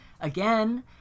again